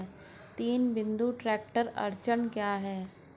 तीन बिंदु ट्रैक्टर अड़चन क्या है?